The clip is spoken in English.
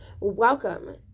Welcome